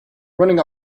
running